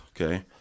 Okay